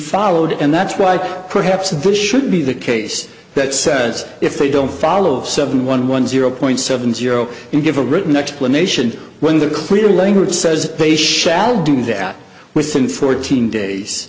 followed and that's why perhaps the bush should be the case that says if they don't follow seven one one zero point seven zero and give a written explanation when the clear language says they shall do that within fourteen days